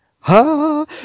Ha